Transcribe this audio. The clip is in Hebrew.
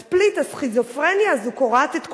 הספליט, הסכיזופרניה הזאת קורעת את כולם.